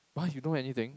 what you don't know anything